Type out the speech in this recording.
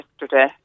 yesterday